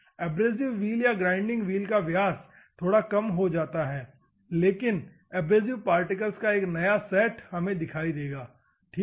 abrasive wheel या grinding wheel का व्यास थोड़ा कम हो जाता है लेकिन एब्रेसिव पार्टिकल्स का एक नया सेट हमें दिखाई देगा ठीक है